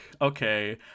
Okay